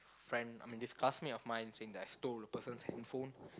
friend I mean this classmate of mine saying that I stole a person's handphone